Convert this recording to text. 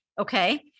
okay